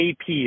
AP